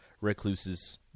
recluses